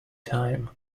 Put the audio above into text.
time